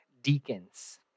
deacons